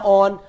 on